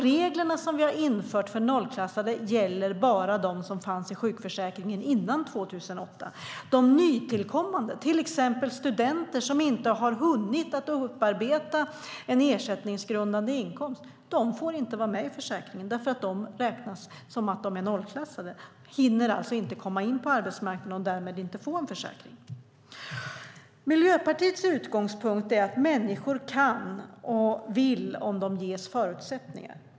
Reglerna för nollklassade gäller bara de som fanns med i sjukförsäkringen innan 2008. De nytillkomna, till exempel studenter som inte har hunnit upparbeta en ersättningsgrundande inkomst, får inte vara med i försäkringen eftersom de är nollklassade. De hinner inte komma in på arbetsmarknaden och får därmed inte en försäkring. Miljöpartiets utgångspunkt är att människor kan och vill om de ges förutsättningar.